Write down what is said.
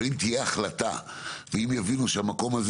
אבל אם תהיה החלטה ויבינו שהמקום הזה